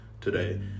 today